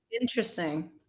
interesting